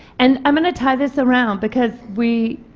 and i'm going to tie this around, because we